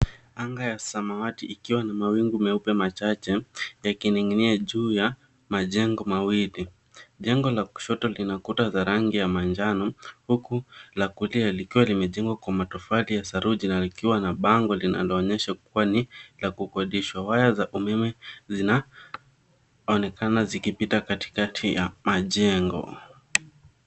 Anga ya samawati ikiwa na mawingu meupe machache yakining'inia juu ya majengo mawili. Jengo la kushoto lina kuta za rangi ya njano, huku la kulia likiwa limejengwa kwa matofali ya saruji na likiwa na bango linaloonyesha kuwa ni la kukodishwa. Waya za umeme zinaonekana zikipita katikati ya majengo.